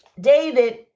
David